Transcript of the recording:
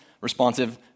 responsive